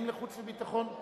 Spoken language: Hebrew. לחוץ וביטחון?